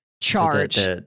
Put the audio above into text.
charge